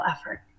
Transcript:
effort